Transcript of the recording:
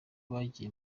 bagiye